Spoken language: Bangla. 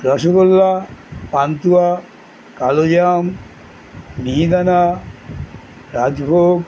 রসগোল্লা পান্তুয়া কালোজাম মিহিদানা রাজভোগ